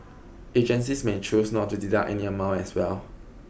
agencies may choose not to deduct any amount as well